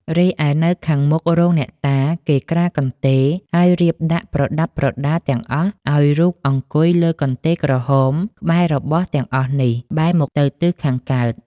រីឯនៅខាងមុខរោងអ្នកតា គេក្រាលកន្ទេល ហើយរៀបដាក់ប្រដាប់ប្រដាទាំងអស់ ឲ្យរូបអង្គុយលើកន្ទេលក្រហមក្បែររបស់ទាំងអស់នេះ បែរមុខទៅទិសខាងកើត ។